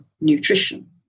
nutrition